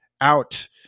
out